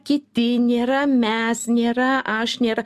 kiti nėra mes nėra aš nėra